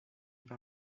par